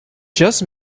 just